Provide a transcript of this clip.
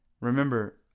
Remember